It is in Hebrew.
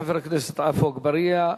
תודה לחבר הכנסת עפו אגבאריה.